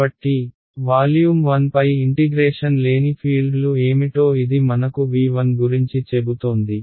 కాబట్టి వాల్యూమ్ 1 పై ఇంటిగ్రేషన్ లేని ఫీల్డ్లు ఏమిటో ఇది మనకు V1 గురించి చెబుతోంది